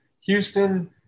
Houston